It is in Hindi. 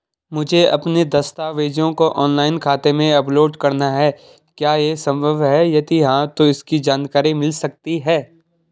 मुझे अपने दस्तावेज़ों को ऑनलाइन खाते में अपलोड करना है क्या ये संभव है यदि हाँ तो इसकी जानकारी मिल सकती है?